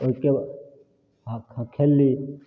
ओइके हँ खेलली